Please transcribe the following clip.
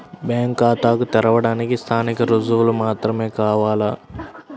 Bank ఖాతా తెరవడానికి స్థానిక రుజువులు మాత్రమే కావాలా?